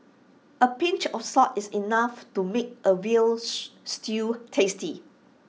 A pinch of salt is enough to make A Veal Stew tasty